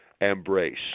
embrace